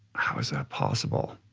how is that possible?